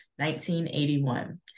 1981